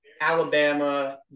Alabama